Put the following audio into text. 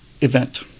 event